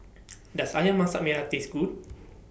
Does Ayam Masak Merah Taste Good